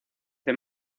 the